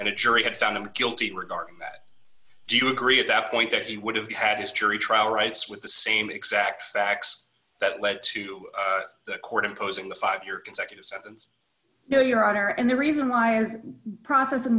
and it jury had found him guilty regarding that do you agree at that point that he would have had his jury trial rights with the same exact facts that led to the court imposing the five year consecutive sentence now your honor and the reason why is process in